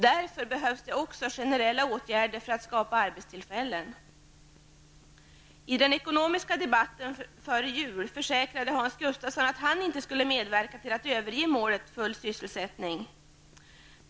Därför behövs det också generella åtgärder för att skapa arbetstillfällen. Hans Gustafsson att han inte skulle medverka till att överge målet om full sysselsättning.